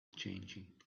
changing